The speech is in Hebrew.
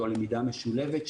או למידה משולבת,